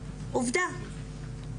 עובדה.